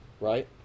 right